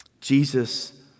Jesus